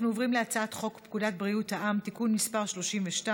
אנחנו עוברים להצעת חוק פקודת בריאות העם (תיקון מס' 32)